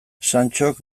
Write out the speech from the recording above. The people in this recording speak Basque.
santxok